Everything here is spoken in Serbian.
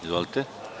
Izvolite.